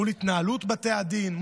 מול התנהלות בתי הדין,